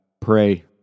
pray